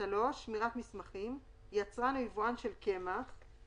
נתרן (מג') Sodium (mg.)